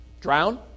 Drown